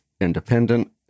independent